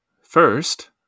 First